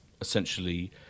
essentially